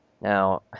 Now